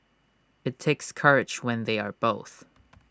IT takes courage when they are both